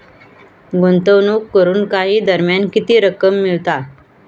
गुंतवणूक करून काही दरम्यान किती रक्कम मिळता?